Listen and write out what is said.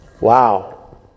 Wow